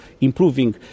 improving